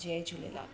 Jay Jhulelal